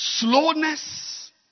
Slowness